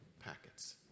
packets